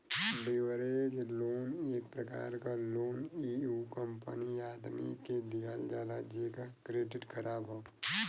leverage loan एक प्रकार क लोन इ उ कंपनी या आदमी के दिहल जाला जेकर क्रेडिट ख़राब हौ